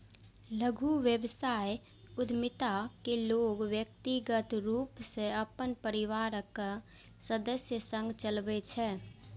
लघु व्यवसाय उद्यमिता कें लोग व्यक्तिगत रूप सं अपन परिवारक सदस्य संग चलबै छै